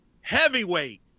heavyweight